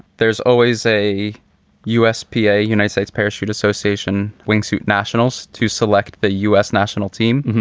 there's always a usp, yeah a united states parachute association, wingsuit nationals to select the u s. national team.